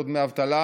לא דמי אבטלה.